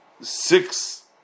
six